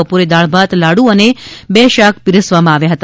બપોરે દાળ ભાત લાડુ અને બે શાક પીરસવામાં આવ્યા હતા